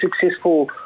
successful